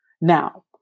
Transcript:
Now